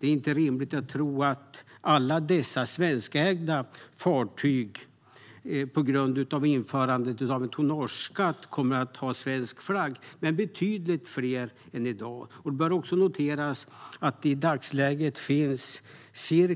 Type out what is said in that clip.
Det är inte rimligt att tro att alla svenskägda fartyg kommer att ha svensk flagg efter införandet av tonnageskatt men betydligt fler än i dag. Det bör också noteras att det i dagsläget finns